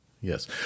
Yes